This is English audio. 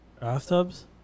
Bathtubs